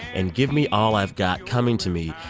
and give me all i've got coming to me.